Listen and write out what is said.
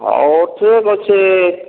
ହେଉ ଠିକ ଅଛି